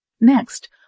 Next